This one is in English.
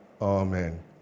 Amen